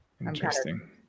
Interesting